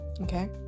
okay